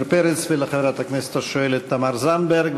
פרץ ולחברת הכנסת השואלת תמר זנדברג.